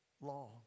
law